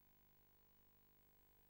ואז